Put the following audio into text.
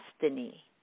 destiny